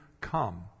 come